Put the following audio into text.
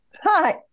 hi